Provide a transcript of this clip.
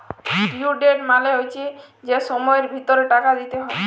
due date মালে হচ্যে যে সময়ের ভিতরে টাকা দিতে হ্যয়